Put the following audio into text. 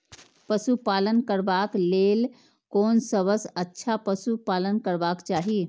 पशु पालन करबाक लेल कोन सबसँ अच्छा पशु पालन करबाक चाही?